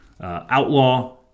outlaw